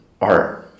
art